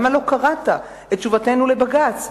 למה לא קראת את תשובתנו לבג"ץ?